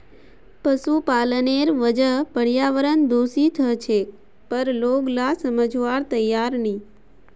पशुपालनेर वजह पर्यावरण दूषित ह छेक पर लोग ला समझवार तैयार नी